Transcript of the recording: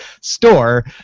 store